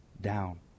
down